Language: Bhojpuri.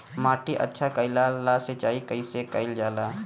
माटी अच्छा कइला ला सिंचाई कइसे कइल जाला?